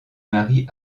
marie